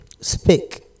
speak